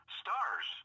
stars